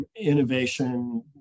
innovation